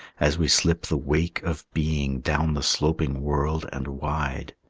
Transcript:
as we slip the wake of being down the sloping world and wide.